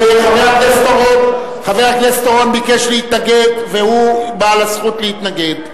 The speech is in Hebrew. חבר הכנסת אורון ביקש להתנגד והוא בעל הזכות להתנגד.